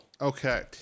Okay